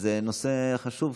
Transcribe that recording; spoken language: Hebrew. זה נושא חשוב.